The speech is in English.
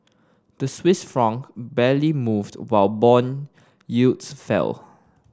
the Swiss Franc barely moved while bond yields fell